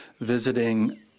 visiting